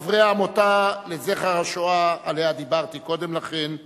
חברי העמותה לזכר השואה שעליה דיברתי קודם לכן,